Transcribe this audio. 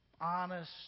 honest